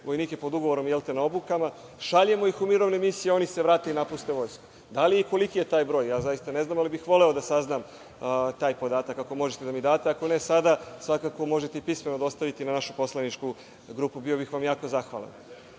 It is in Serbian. vojnike pod ugovorom, jel te, na obukama, šaljemo ih na mirovne misije, oni se vrate i napuste vojsku. Koliki je taj broj? Ja zaista ne znam, ali bih voleo da saznam taj podatak, ako možete da mi date. Ako ne sada, svakako možete i pismeno dostaviti na našu poslaničku grupu, bio bih vam jako zahvalan. Malopre